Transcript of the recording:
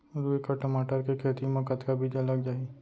दू एकड़ टमाटर के खेती मा कतका बीजा लग जाही?